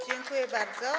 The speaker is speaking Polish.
Dziękuję bardzo.